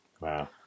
Wow